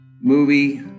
movie